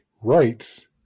rights